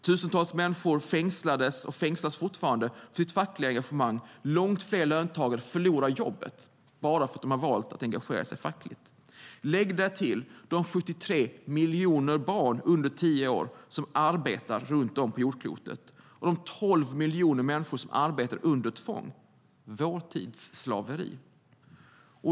Tusentals människor fängslades och fängslas fortfarande för sitt fackliga engagemang, och långt fler löntagare förlorar jobbet bara för att de har valt att engagera sig fackligt. Lägg därtill de 73 miljoner barn under tio år som arbetar runt om på jordklotet och de 12 miljoner människor som arbetar under tvång, vår tids slaveri.